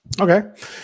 Okay